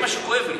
זה מה שכואב לי.